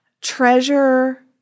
treasure